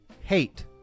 hate